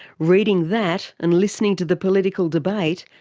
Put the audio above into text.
reading that, and listening to the political debate,